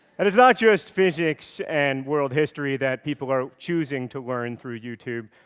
and it's not just physics and world history that people are choosing to learn through youtube.